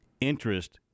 interest